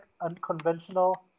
unconventional